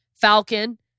Falcon